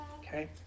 Okay